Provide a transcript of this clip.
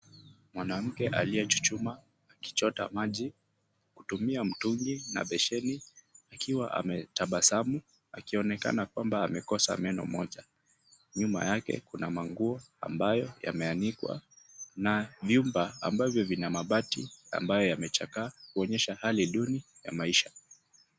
Mwanamke aliyechuchuma akichota maji, kutumia mtungi na besheni, akiwa ametabasamu akionekana kwamba amekosa meno moja. Nyuma yake kuna manguo ambayo yameanikwa, na vyumba ambavyo vina mabati ambayo yamechakaa, kuonyesha hali duni ya maisha.